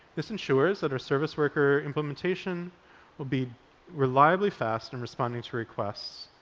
this ensures that our service worker implementation will be reliably fast in responding to requests,